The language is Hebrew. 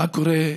מה קורה,